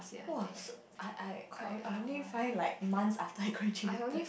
!woah! I I I I only find like months after I graduated